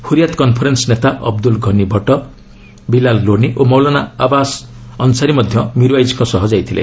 Hurriyat conference ନେତା ଅବଦୁଲ୍ଲୁ ଘନି ଭଟ୍ଟ ବିଲାଲ୍ ଲୋନି ଓ ମୌଲାନା ଆବାସନ୍ ଅନସାରୀ ମଧ୍ୟ ମିର୍ୱାଇଜ୍ଙ୍କ ସହ ଯାଇଥିଲେ